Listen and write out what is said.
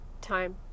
time